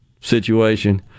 situation